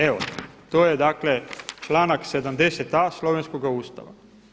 Evo to je dakle članak 70.a slovenskoga ustava.